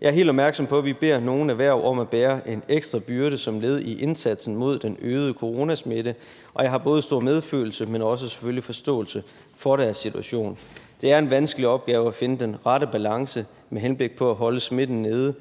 Jeg er helt opmærksom på, at vi beder nogle erhverv om at bære en ekstra byrde som led i indsatsen mod den øgede coronasmitte, og jeg har både stor medfølelse med, men selvfølgelig også forståelse for deres situation. Det er en vanskelig opgave at finde den rette balance med henblik på at holde smitten nede